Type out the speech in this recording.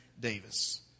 Davis